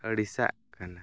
ᱟᱲᱤᱥᱟᱜ ᱠᱟᱱᱟ